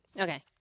okay